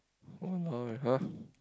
!walao eh! !huh!